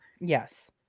Yes